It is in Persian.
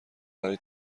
برای